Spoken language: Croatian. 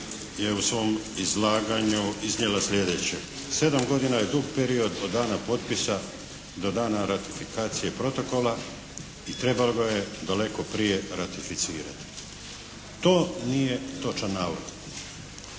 je u svom izlaganju iznijela sljedeće 7 godina je dug period od dana potpisa do dana ratifikacije protokola i trebalo ga je daleko prije ratificirati. To nije točan navod.